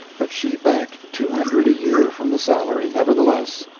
but she banked two hundred a year from the salary, nevertheless,